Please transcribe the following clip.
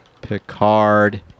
Picard